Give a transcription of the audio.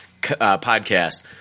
podcast